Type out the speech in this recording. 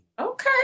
Okay